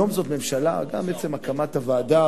גם עצם הקמת הוועדה,